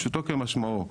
פשוטו כמשמעו.